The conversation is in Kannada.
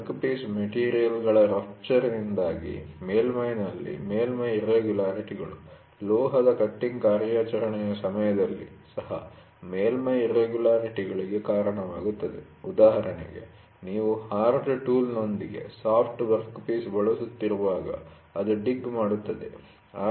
ವರ್ಕ್ಪೀಸ್ ಮೆಟಿರಿಯಲ್'ಗಳ ರಪ್ಚರ್'ದಿಂದಾಗಿ ಮೇಲ್ಮೈ'ನಲ್ಲಿ ಮೇಲ್ಮೈ ಇರ್ರೆಗುಲರಿಟಿ'ಗಳು ಲೋಹದ ಕಟ್ಟಿಂಗ್ ಕಾರ್ಯಾಚರಣೆಯ ಸಮಯದಲ್ಲಿ ಸಹ ಮೇಲ್ಮೈ ಇರ್ರೆಗುಲರಿಟಿಗಳಿಗೆ ಕಾರಣವಾಗುತ್ತದೆ ಉದಾಹರಣೆಗೆ ನೀವು ಹಾರ್ಡ್ ಟೂಲ್'ನೊಂದಿಗೆ ಸಾಫ್ಟ್ ವರ್ಕ್ಪೀಸ್ ಬಳಸುತ್ತಿರುವಾಗ ಅದು ಡಿಗ್ ಮಾಡುತ್ತದೆ